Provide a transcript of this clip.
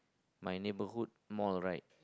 my neighbourhood more right